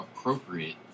appropriate